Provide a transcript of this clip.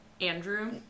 Andrew